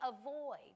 avoid